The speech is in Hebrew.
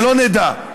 שלא נדע.